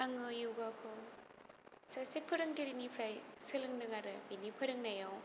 आङो योगाखौ सासे फोरोंगिरिनिफ्राय सोलोंदों आरो बिनि फोरोंनायाव